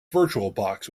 virtualbox